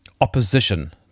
opposition